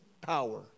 power